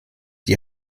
die